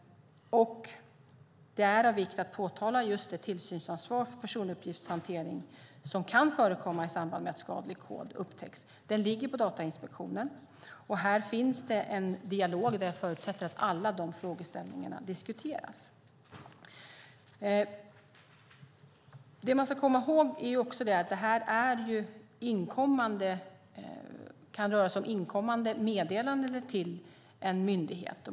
Det är av vikt att påtala det tillsynsansvar för personuppgiftshantering som kan förekomma i samband med att skadlig kod upptäcks. Det ligger på Datainspektionen, och här finns en dialog där jag förutsätter att alla dessa frågeställningar diskuteras. Man ska komma ihåg att det kan röra sig om inkommande meddelanden till en myndighet.